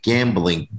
Gambling